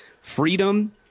Freedom